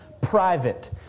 private